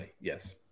yes